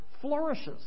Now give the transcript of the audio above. flourishes